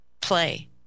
Play